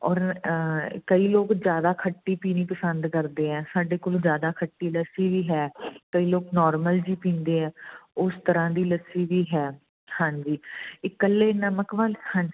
ਔਰ ਕਈ ਲੋਕ ਜ਼ਿਆਦਾ ਖੱਟੀ ਪੀਣੀ ਪਸੰਦ ਕਰਦੇ ਹੈ ਸਾਡੇ ਕੋਲ ਜ਼ਿਆਦਾ ਖੱਟੀ ਲੱਸੀ ਵੀ ਹੈ ਕਈ ਲੋਕ ਨੋਰਮਲ ਜਿਹੀ ਪੀਂਦੇ ਹੈ ਉਸ ਤਰ੍ਹਾਂ ਦੀ ਲੱਸੀ ਵੀ ਹੈ ਹਾਂਜੀ ਇਕੱਲੇ ਨਮਕ ਵਾਲ ਹਾਂਜ